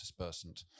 dispersant